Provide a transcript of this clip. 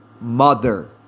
mother